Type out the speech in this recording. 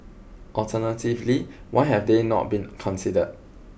alternatively why have they not been considered